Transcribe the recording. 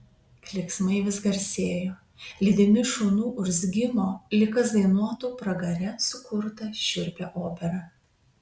klyksmai vis garsėjo lydimi šunų urzgimo lyg kas dainuotų pragare sukurtą šiurpią operą